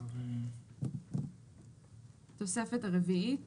תוספת רביעית